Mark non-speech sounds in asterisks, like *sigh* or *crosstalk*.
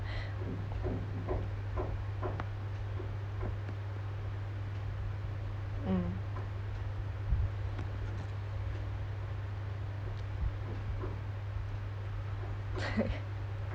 mm *laughs*